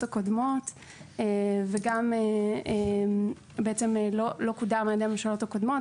הקודמות ולא קודם על ידי הממשלות הקודמות,